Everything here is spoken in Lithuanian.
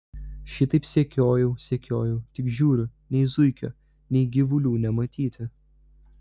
šitaip sekiojau sekiojau tik žiūriu nei zuikio nei gyvulių nematyti